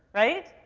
right?